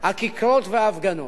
הכיכרות וההפגנות.